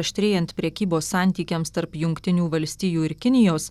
aštrėjant prekybos santykiams tarp jungtinių valstijų ir kinijos